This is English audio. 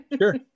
Sure